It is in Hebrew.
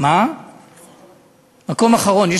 מקום אחרון.